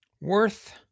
Worth